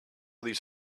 these